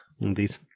indeed